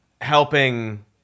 helping